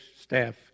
staff